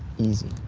easy?